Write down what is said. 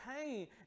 pain